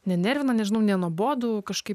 nenervina nežinau nenuobodu kažkaip